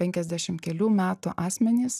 penkiasdešim kelių metų asmenys